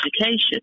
education